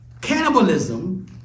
cannibalism